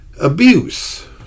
Abuse